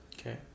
Okay